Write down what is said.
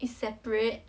it's separate